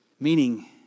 Meaning